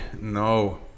No